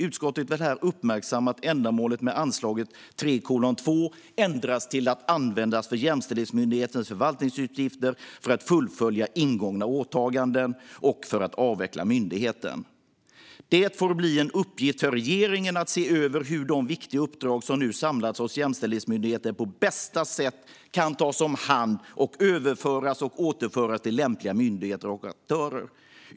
Utskottet vill här uppmärksamma att ändamålet med anslaget 3:2 ändras till att användas för Jämställdhetsmyndighetens förvaltningsutgifter för att fullfölja ingångna åtaganden och för att avveckla myndigheten. Det får bli en uppgift för regeringen att se över hur de viktiga uppdrag som nu samlats hos Jämställdhetsmyndigheten på bästa sätt kan tas om hand och överföras och återföras till lämpliga myndigheter och aktörer.